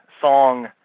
song